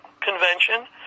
convention